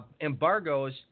embargoes